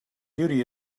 duty